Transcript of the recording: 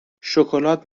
شکلات